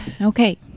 okay